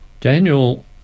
Daniel